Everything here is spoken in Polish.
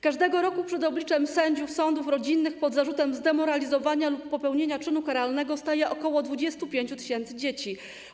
Każdego roku przed obliczem sędziów sądów rodzinnych pod zarzutem zdemoralizowania lub popełnienia czynu karalnego staje ok. 25 tys. dzieci.